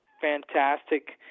fantastic